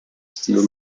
steel